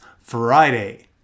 Friday